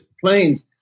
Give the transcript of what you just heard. planes